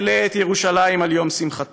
אם לא אעלה את ירושלים על ראש שמחתי".